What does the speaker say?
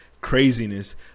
craziness